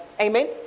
amen